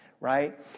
right